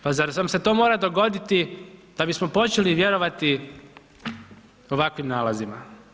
Pa zar nam se to mora dogoditi da bismo počeli vjerovat ovakvim nalazima?